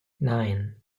nine